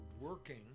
Working